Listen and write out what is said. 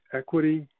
equity